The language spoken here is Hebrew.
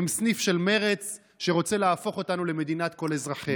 הם סניף של מרצ שרוצה להפוך אותנו למדינת כל אזרחיה.